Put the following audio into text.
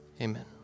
Amen